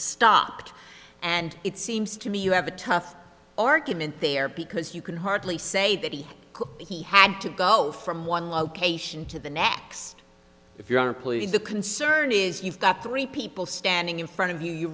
stopped and it seems to me you have a tough argument there because you can hardly say that he could be he had to go from one location to the next if you are a police and the concern is you've got three people standing in front of you you